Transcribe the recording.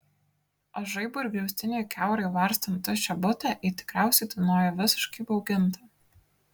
o žaibui ir griaustiniui kiaurai varstant tuščią butą ji tikriausiai tūnojo visiškai įbauginta